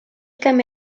camí